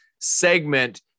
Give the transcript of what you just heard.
segment